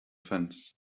fence